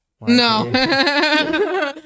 no